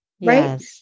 Right